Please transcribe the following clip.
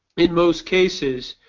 in most cases,